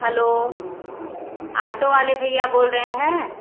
hello auto वाले भैया बोल रहे हैं